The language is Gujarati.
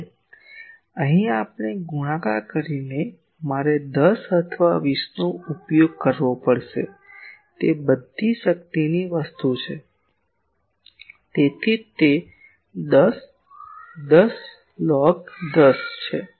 હવે અહીં ગુણાકાર કરીને મારે 10 અથવા 20 નો ઉપયોગ કરવો પડશે તે બધી શક્તિની વસ્તુ છે તેથી જ તે 10 10 લોગ 10 છે